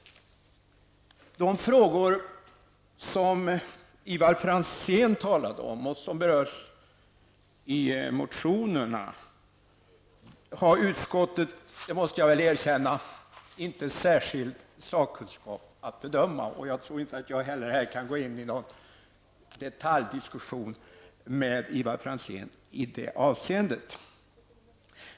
De frågor som Ivar Franzén talade om och som berörs i motionerna har inte utskottet -- det måste jag erkänna -- någon särskild sakkunskap att bedöma. Jag tror inte heller att jag kan gå i någon detaljdiskussion med Ivar Franzén i detta avseende.